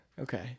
okay